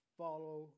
follow